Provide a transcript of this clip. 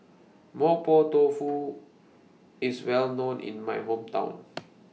Mapo Tofu IS Well known in My Hometown